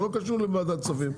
זה לא קשור לוועדת כספים.